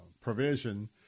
provision